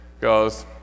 goes